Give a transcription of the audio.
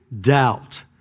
doubt